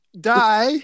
die